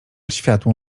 światło